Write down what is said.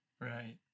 Right